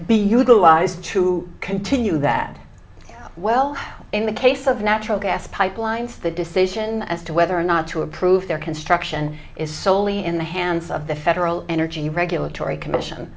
be utilized to continue that well in the case of natural gas pipelines the decision as to whether or not to approve their construction is solely in the hands of the federal energy regulatory commission